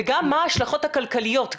וגם מה ההשלכות הכלכליות.